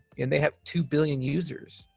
and they have two billion users.